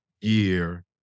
year